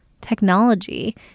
technology